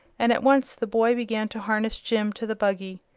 and at once the boy began to harness jim to the buggy.